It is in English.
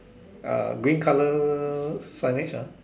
uh green color signage ah